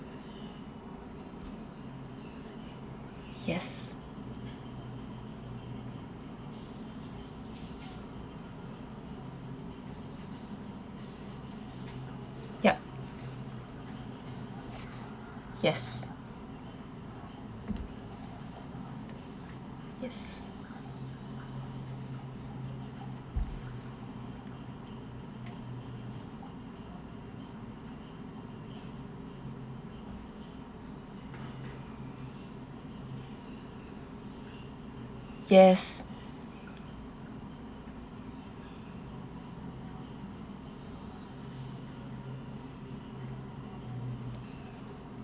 yes yup yes yes yes